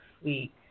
sweet